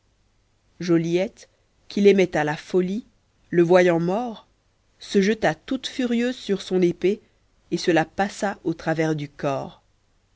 joliette qui l'aimait à la folie le voyant mort se jeta toute furieuse sur son épée et se la passa au travers du corps